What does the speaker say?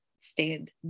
stand